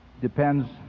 depends